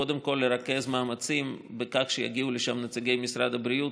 קודם כול לרכז מאמצים לכך שיגיעו לשם נציגי משרד הבריאות,